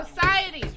society